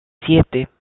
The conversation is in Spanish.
siete